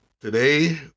Today